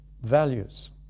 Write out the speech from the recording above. values